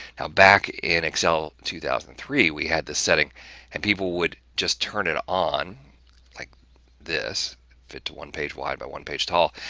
now back in excel two thousand and three, we had this setting and people would just turn it on like this fit to one page wide by one page tall.